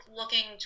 looking